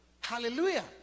Hallelujah